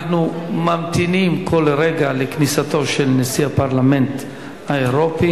אנחנו ממתינים כל רגע לכניסתו של נשיא הפרלמנט האירופי.